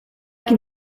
can